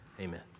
Amen